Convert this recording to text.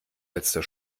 letzter